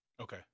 Okay